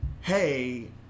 hey